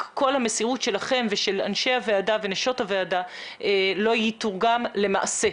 כל המסירות שלכם ושל אנשי הוועדה ונשות הוועדה לא יתורגם למעשה.